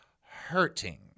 hurting